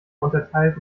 unterteilt